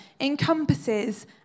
encompasses